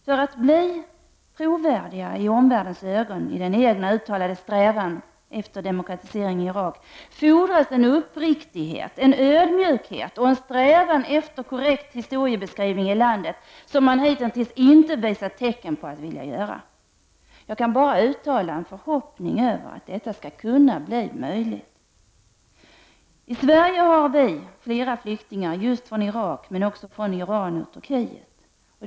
För att den uttalade strävan efter en demokratisering i Irak skall bli trovärdig i omvärldens ögon fordras en uppriktighet, en ödmjukhet och en strävan efter en korrekt historiebeskrivning, och detta har man hittintills inte visat tecken på att vilja åstadkomma. Jag kan bara uttala en förhoppning om att detta skall kunna bli möjligt. I Sverige har vi flera flyktingar från just Irak men också från Iran och Turkiet.